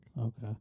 Okay